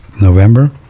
November